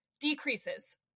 decreases